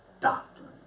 doctrine